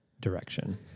direction